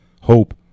hope